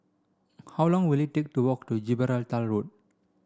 how long will it take to walk to Gibraltar Road